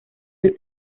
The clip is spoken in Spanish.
del